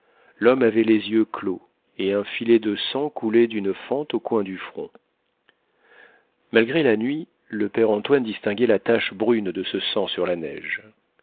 l'homme avait les yeux clos et un filet de sang coulait d'une fente au coin du front malgré la nuit le père antoine distinguait la tache brune de ce sang sur la neige